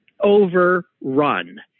overrun